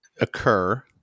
occur